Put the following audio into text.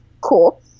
Cool